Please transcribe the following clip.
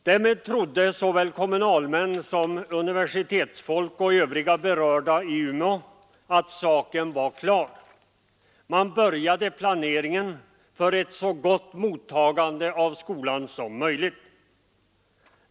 Därmed trodde såväl kommunalnämnden som universitetsfolk och övriga berörda i Umeå att saken var klar. Man började planeringen för ett så gott mottagande av skolan som möjligt.